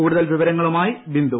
കൂടുതൽ വിവരങ്ങളുമായി ബിന്ദു